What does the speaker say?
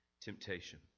temptation